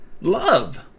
Love